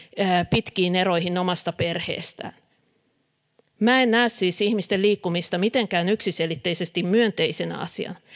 pitkiin eroihin omasta perheestään minä en siis näe ihmisten liikkumista mitenkään yksiselitteisesti myönteisenä asiana